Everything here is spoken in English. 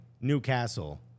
Newcastle